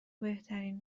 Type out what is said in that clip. بهترین